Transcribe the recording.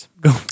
Go